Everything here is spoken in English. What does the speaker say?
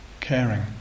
Caring